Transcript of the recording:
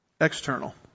External